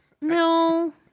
no